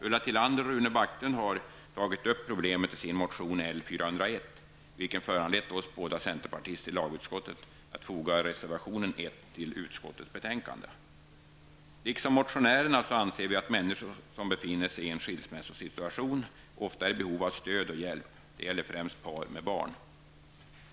Ulla Tillander och Rune Backlund har tagit upp problemet i sin motion L401, vilket föranlett oss båda centerpartister i lagutskottet att foga reservation 1 till utskottets betänkande. Liksom motionärerna anser vi att människor som befinner sig i en skilsmässosituation ofta är i behov av stöd och hjälp. Det gäller främst par med barn.